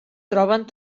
troben